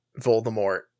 Voldemort